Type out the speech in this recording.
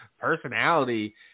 personality